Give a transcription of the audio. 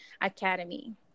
Academy